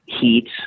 Heat